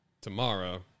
tomorrow